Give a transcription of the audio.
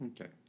Okay